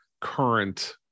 current